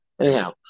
Anyhow